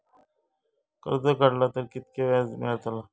कर्ज काडला तर कीतक्या व्याज मेळतला?